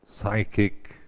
psychic